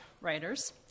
writers